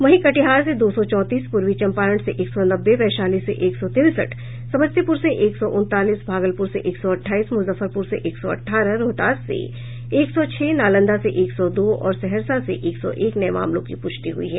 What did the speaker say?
वहीं कटिहार से दो सौ चौंतीस पूर्वी चंपारण से एक सौ नब्बे वैशाली से एक सौ तिरसठ समस्तीपुर से एक सौ उनतालीस भागलपुर से एक सौ अठाईस मुजफ्फरपुर से एक सौ अठारह रोहतास से एक सौ छह नालंदा से एक सौ दो और सहरसा से एक सौ एक नये मामलों की प्रष्टि हुई है